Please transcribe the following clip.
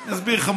שנייה, דקה.